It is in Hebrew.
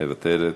מוותרת,